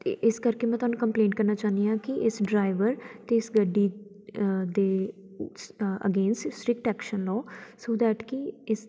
ਅਤੇ ਇਸ ਕਰਕੇ ਮੈਂ ਤੁਹਾਨੂੰ ਕੰਪਲੇਂਟ ਕਰਨਾ ਚਾਹੁੰਦੀ ਹਾਂ ਕਿ ਇਸ ਡਰਾਈਵਰ ਅਤੇ ਇਸ ਗੱਡੀ ਦੇ ਅਗੇਸਟ ਸਟਰ੍ਰਿਕਟ ਐਕਸ਼ਨ ਲਓ ਸੋ ਦੈਟ ਕਿ ਇਸ